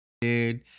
Dude